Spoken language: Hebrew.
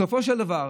בסופו של דבר,